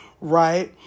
right